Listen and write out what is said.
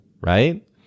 right